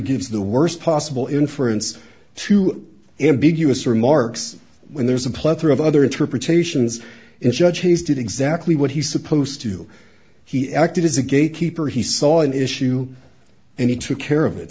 gives the worst possible inference to ambiguous remarks when there's a plethora of other interpretations and judge has did exactly what he's supposed to he acted as a gatekeeper he saw an issue and he took care of it